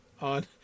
on